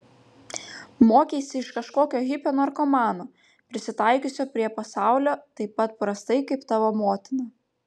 mokeisi iš kažkokio hipio narkomano prisitaikiusio prie pasaulio taip pat prastai kaip tavo motina